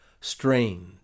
strained